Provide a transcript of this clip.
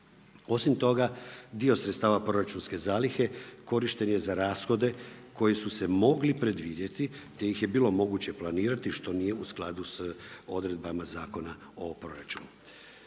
Osim toga, dio sredstava proračunske zalihe, korišten je za rashode koji su se mogli predvidjeti te ih je bilo moguće planirati što nije u skladu s odredbama Zakona o proračunu.